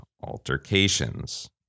altercations